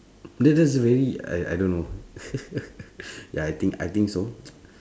that's that's very I I don't know ya I think I think so